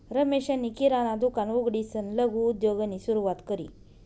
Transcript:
रमेशनी किराणा दुकान उघडीसन लघु उद्योगनी सुरुवात करी